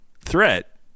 threat